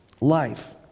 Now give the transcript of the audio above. life